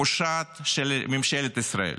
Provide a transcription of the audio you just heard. ופושעת של ממשלת ישראל.